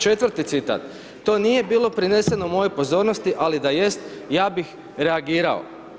Četvrti citat „To nije bilo prineseno mojoj pozornosti ali da jest ja bih reagirao.